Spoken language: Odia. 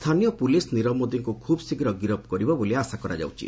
ସ୍ଥାନୀୟ ପୁଲିସ୍ ନୀରବ ମୋଦିଙ୍କୁ ଖୁବ୍ଶୀଘ୍ର ଗିରଫ କରିବ ବୋଲି ଆଶା କରାଯାଉଛି